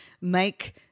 make